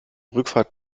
rückfahrt